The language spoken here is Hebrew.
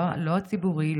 לא הציבורי,